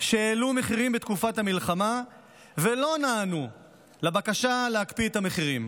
שהעלו מחירים בתקופת המלחמה ולא נענו לבקשה להקפיא את המחירים.